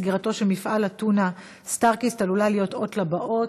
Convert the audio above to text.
סגירתו של מפעל הטונה סטארקיסט עלולה להיות אות לבאות.